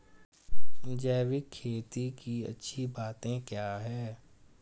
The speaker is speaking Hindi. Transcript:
जैविक खेती की अच्छी बातें क्या हैं?